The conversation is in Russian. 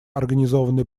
организованной